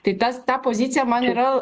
tai tas ta pozicija man yra